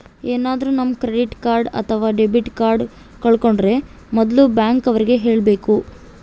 ಏನಾದ್ರೂ ನಮ್ credit card ಅಥವಾ ಡೆಬಿಟ್ ಕಾರ್ಡ್ ಕಳ್ಕೊಂಡ್ರೆ ಮೊದ್ಲು ಬ್ಯಾಂಕ್ ಅವ್ರಿಗೆ ಹೇಳ್ಬೇಕು